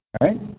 right